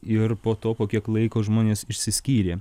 ir po to po kiek laiko žmonės išsiskyrė